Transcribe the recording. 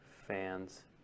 fans